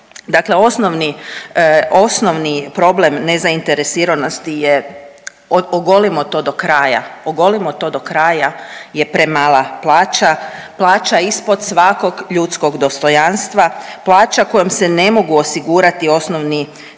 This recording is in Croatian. Dakle, osnovni problem nezainteresiranosti je ogolimo to do kraja je premala plaća, plaća ispod svakog ljudskog dostojanstva, plaća kojom se ne mogu osigurati osnovni životni